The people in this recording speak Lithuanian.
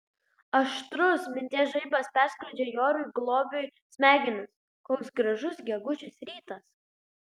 aštrus minties žaibas perskrodžia joriui globiui smegenis koks gražus gegužės rytas